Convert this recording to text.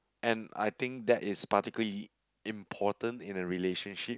and I think that is particularly important in a relationship